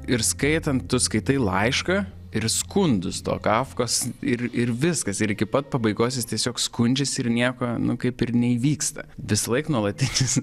ir skaitant tu skaitai laišką ir skundus to kafkos ir ir viskas ir iki pat pabaigos jis tiesiog skundžiasi ir nieko nu kaip ir neįvyksta visąlaik nuolatinis